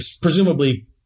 presumably